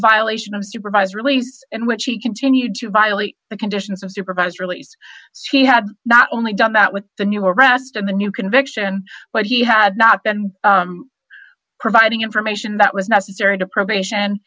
violation of supervised release in which he continued to violate the conditions of supervised release so he had not only done that with the new arrest and the new conviction but he had not been providing information that was necessary to probation